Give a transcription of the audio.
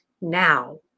now